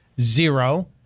zero